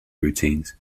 routines